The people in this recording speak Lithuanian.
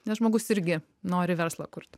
nes žmogus irgi nori verslą kurt